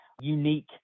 unique